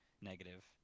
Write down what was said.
negative